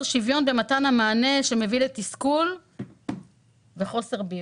שוויון במתן המענה שמביא לתסכול וחוסר בהירות.